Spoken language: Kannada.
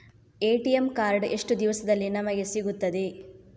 ಎ.ಟಿ.ಎಂ ಕಾರ್ಡ್ ಎಷ್ಟು ದಿವಸದಲ್ಲಿ ನಮಗೆ ಸಿಗುತ್ತದೆ?